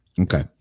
Okay